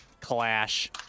clash